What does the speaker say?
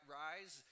rise